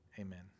Amen